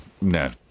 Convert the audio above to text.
No